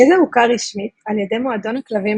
הגזע הוכר רשמית על ידי מועדון הכלבים